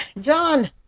John